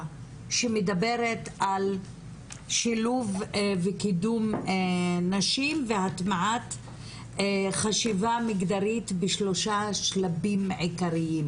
שמדברת על שילוב וקידום נשים והטמעת חשיבה מגדרית בשלושה שלבים עיקריים